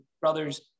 brothers